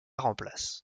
remplace